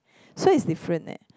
so it's different leh